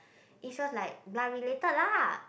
if yours like blood related lah